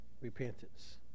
repentance